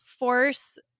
force